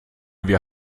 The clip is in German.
wir